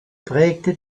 prägte